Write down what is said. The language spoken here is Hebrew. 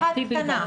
אחת קטנה.